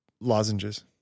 lozenges